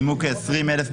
בעיה שלו.